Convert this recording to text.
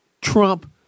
Trump